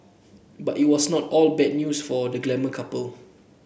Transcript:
but it was not all bad news for the glamour couple